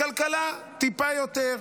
בכלכלה, טיפה יותר.